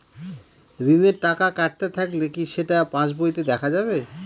ঋণের টাকা কাটতে থাকলে কি সেটা পাসবইতে দেখা যাবে?